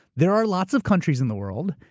there are lots of countries in the world,